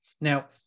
Now